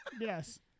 Yes